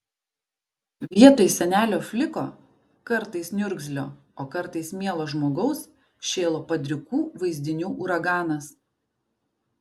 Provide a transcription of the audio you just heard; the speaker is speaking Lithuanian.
vietoj senelio fliko kartais niurgzlio o kartais mielo žmogaus šėlo padrikų vaizdinių uraganas